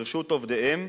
לרשות עובדיהם,